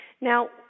Now